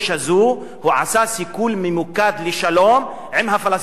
סיכול ממוקד לשלום עם הפלסטינים והערבים,